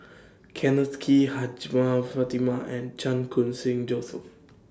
Kenneth Kee Hajjmah Fatimah and Chan Khun Sing Joseph